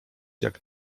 jak